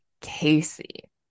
casey